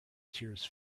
tears